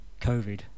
covid